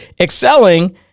excelling